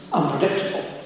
unpredictable